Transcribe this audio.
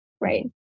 right